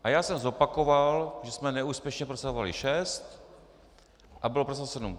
A já jsem zopakoval, že jsme neúspěšně prosazovali 6 a bylo prosazeno 7.